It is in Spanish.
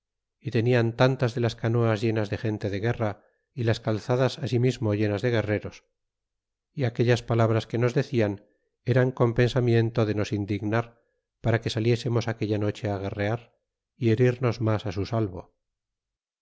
y tenian tantas de las canoas llenas de gente de guerra y las calzadas asimismo llenas de guerreros y aquellas palabras que nos decian eran con pensamiento de nos indignar para que saliésemos aquella noche guerrear y herirnos mas su salvo